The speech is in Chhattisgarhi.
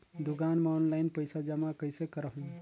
दुकान म ऑनलाइन पइसा जमा कइसे करहु?